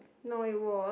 no it was